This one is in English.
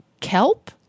Kelp